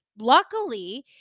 Luckily